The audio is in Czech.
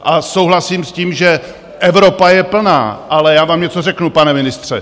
A souhlasím s tím, že Evropa je plná, ale já vám něco řeknu, pane ministře.